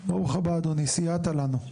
ברוך הבא אדוני, סייעת לנו.